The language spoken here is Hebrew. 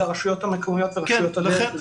זה באחריות הרשויות המקומיות ורשויות הדרך.